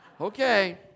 Okay